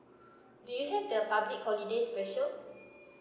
do you have the public holidays special